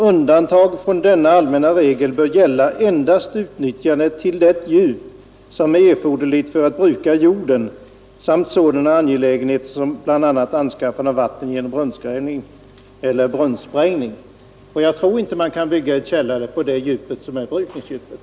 ——— Undantag från denna allmänna regel bör gälla endast utnyttjande till det djup som är erforderligt för att bruka jorden samt sådana angelägenheter som bl.a. anskaffande av vatten genom brunnsgrävning eller brunnssprängning.” Jag tror inte man kan bygga en källare på det djup som motsvarar brukningsdjupet.